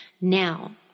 now